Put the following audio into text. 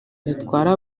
zitwara